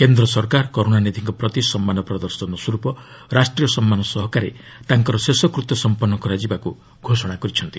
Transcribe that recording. କେନ୍ଦ୍ର ସରକାର କରୁଣାନିଧିଙ୍କ ପ୍ରତି ସମ୍ମାନ ପ୍ରଦର୍ଶନସ୍ୱରୂପ ରାଷ୍ଟ୍ରୀୟ ସମ୍ମାନ ସହକାରେ ତାଙ୍କର ଶେଷକୃତ୍ୟ ସମ୍ପନ୍ନ କରାଯିବାକୁ ଘୋଷଣା କରିଛନ୍ତି